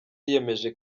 yiyemeje